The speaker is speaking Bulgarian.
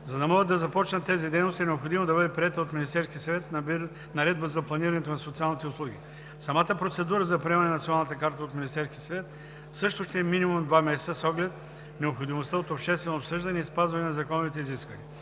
За да могат да започнат тези дейности, е необходимо да бъде приета от Министерския съвет Наредба за планирането на социалните услуги. Самата процедура за приемане на Националната карта от Министерския съвет също ще е минимум 2 месеца с оглед необходимостта от обществено обсъждане и спазване на законовите изисквания.